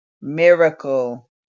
Miracle